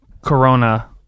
corona